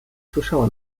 słyszała